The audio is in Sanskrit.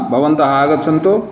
भवन्तः आगच्छन्तु